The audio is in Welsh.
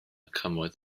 cymoedd